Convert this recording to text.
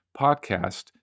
podcast